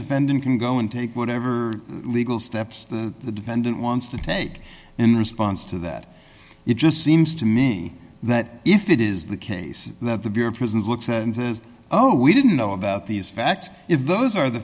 defendant can go and take whatever legal steps the defendant wants to take in response to that it just seems to me that if it is the case that the bureau of prisons looks and says oh we didn't know about these facts if those are the